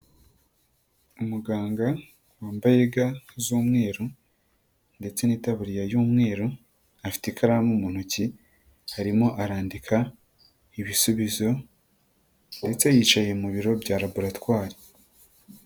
Umuganga wambaye ga z'umweru ndetse n'itaburiya y'umweru, afite ikaramu mu ntoki, arimo arandika, ibisubizo ndetse yicaye mu biro bya laboratory.